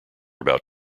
about